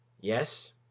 Yes